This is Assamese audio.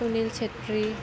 সুনীল চেত্ৰী